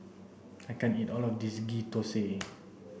I can't eat all of this Ghee Thosai